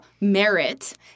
merit